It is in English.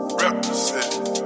represent